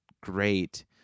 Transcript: great